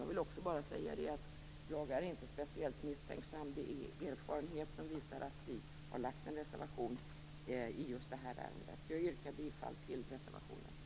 Jag vill säga att jag inte är speciellt misstänksam. Det är erfarenhet som ligger bakom att vi har avgivit en reservation i just det här ärendet. Jag yrkar bifall till reservationen.